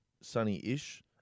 sunny-ish